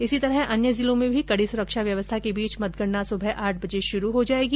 इसी तरह अन्य जिलों में भी कड़ी सुरक्षा व्यवस्था के बीच मतगणना सुबह आठ बजे शुरु होगी